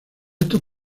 estos